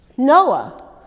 Noah